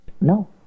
No